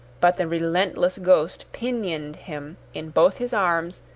but the relentless ghost pinioned him in both his arms,